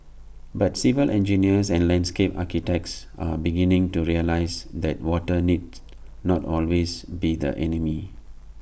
but civil engineers and landscape architects are beginning to realise that water needs not always be the enemy